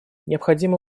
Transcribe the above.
необходимо